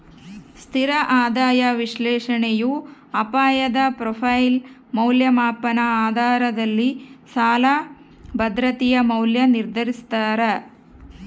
ಸ್ಥಿರ ಆದಾಯ ವಿಶ್ಲೇಷಣೆಯು ಅಪಾಯದ ಪ್ರೊಫೈಲ್ ಮೌಲ್ಯಮಾಪನ ಆಧಾರದಲ್ಲಿ ಸಾಲ ಭದ್ರತೆಯ ಮೌಲ್ಯ ನಿರ್ಧರಿಸ್ತಾರ